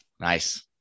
Nice